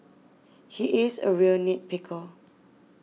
he is a real nit picker